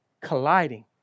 colliding